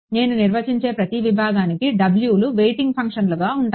నేను నిర్వచించే ప్రతి విభాగానికి wలు వేయింగ్ ఫంక్షన్లుగా ఉంటాయి